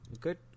Good